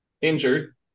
injured